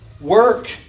Work